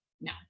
No